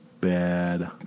bad